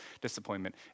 disappointment